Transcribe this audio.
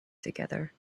together